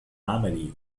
عملي